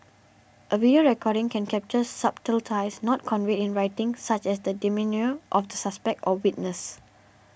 a video recording can capture subtleties not conveyed in writing such as the demeanour of the suspect or witness